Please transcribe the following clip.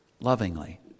lovingly